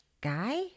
guy